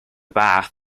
bath